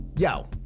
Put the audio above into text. Yo